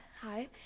Hi